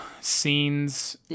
scenes